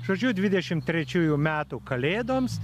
žodžiu dvidešimt trečiųjų metų kalėdoms